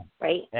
Right